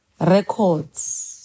records